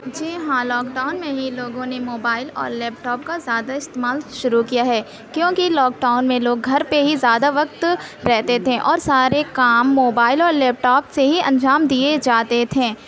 جی ہاں lockdown میں ہی لوگوں نے موبائل اور لیپ ٹاپ کا زیادہ استعمال شروع کیا ہے کیونکہ لاک ڈاؤن میں لوگ گھر پہ ہی زیادہ وقت رہتے تھے اور سارے کام موبائل اور لیپ ٹاپ سے ہی انجام دیئے جاتے تھے